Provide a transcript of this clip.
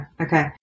Okay